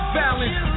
balance